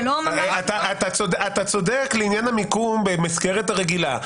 אתה צודק לעניין המיקום במסגרת הרגילה.